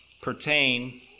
pertain